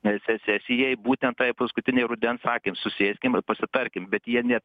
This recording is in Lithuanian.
ne se sesijai būtent tai paskutinei rudens sakėm susėskim ir pasitarkim bet jie net